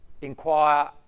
inquire